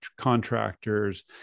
contractors